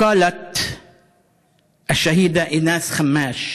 כך אמרה השהידה אינאס ח'מאש,